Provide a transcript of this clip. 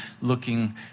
looking